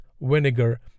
vinegar